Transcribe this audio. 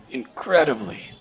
incredibly